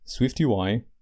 SwiftUI